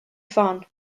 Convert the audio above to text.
ffon